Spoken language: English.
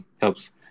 helps